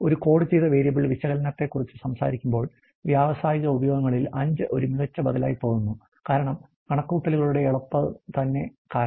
ഒരു കോഡ് ചെയ്ത വേരിയബിൾ വിശകലനത്തെക്കുറിച്ച് സംസാരിക്കുമ്പോൾ വ്യാവസായിക ഉപയോഗങ്ങളിൽ 5 ഒരു മികച്ച ബദലായി തോന്നുന്നു കാരണം കണക്കുകൂട്ടലുകളുടെ എളുപ്പത തന്നെ കാരണം